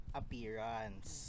appearance